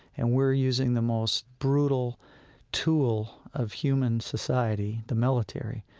and we're using the most brutal tool of human society, the military,